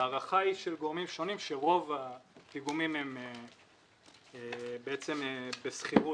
ההערכה של גורמים שונים היא שרוב הפיגומים הם בעצם בשכירות,